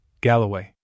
Galloway